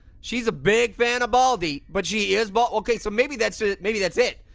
she's a big fan of baldy, but she is. but okay, so maybe that's ah maybe that's it.